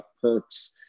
perks